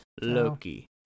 Loki